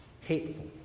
hateful